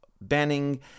banning